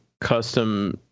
custom